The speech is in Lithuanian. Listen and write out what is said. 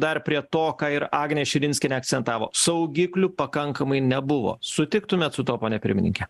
dar prie to ką ir agnė širinskienė akcentavo saugiklių pakankamai nebuvo sutiktumėt su tuo pone pirmininke